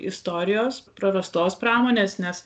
istorijos prarastos pramonės nes